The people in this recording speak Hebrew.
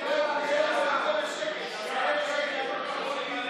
אני מסכים לדחייה, ואני אשמח להגיד מילה.